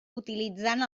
utilitzant